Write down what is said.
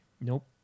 Nope